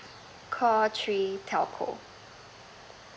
call three telco